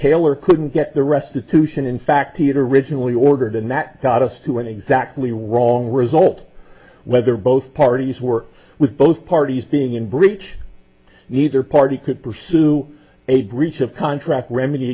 taylor couldn't get the restitution in fact he had originally ordered and that got us to an exactly wrong result whether both parties were with both parties being in breach neither party could pursue a breach of contract remedy